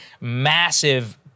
massive